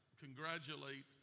congratulate